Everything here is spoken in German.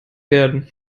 werden